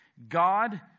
God